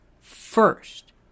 first